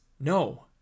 no